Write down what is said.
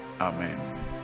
Amen